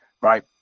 right